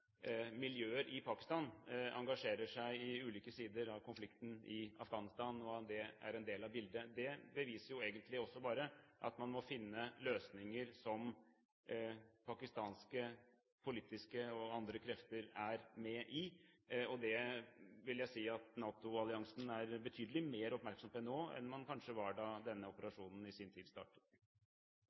miljøer i Pakistan engasjerer seg på ulike sider av konflikten i Afghanistan, og at det er en del av bildet. Det beviser jo bare at man må finne løsninger som pakistanske politiske og andre krefter er med i, og det vil jeg si at NATO-alliansen er betydelig mer oppmerksom på nå enn man kanskje var da denne operasjonen i sin tid startet.